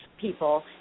people